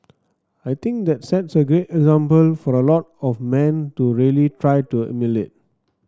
I think that sets a great example for a lot of men to really try to emulate